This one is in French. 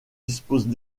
disposent